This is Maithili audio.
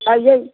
आइयै